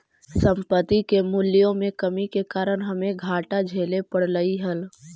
संपत्ति के मूल्यों में कमी के कारण हमे घाटा झेले पड़लइ हल